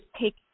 take